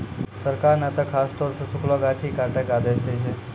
सरकार नॅ त खासतौर सॅ सूखलो गाछ ही काटै के आदेश दै छै